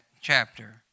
chapter